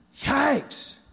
Yikes